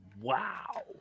wow